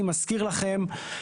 אני מזכיר לכם,